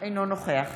אינו נוכח